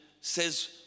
says